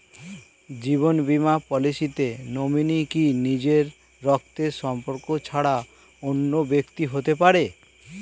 জীবন বীমা পলিসিতে নমিনি কি নিজের রক্তের সম্পর্ক ছাড়া অন্য ব্যক্তি হতে পারে?